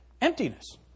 Emptiness